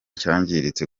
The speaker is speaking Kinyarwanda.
cyangiritse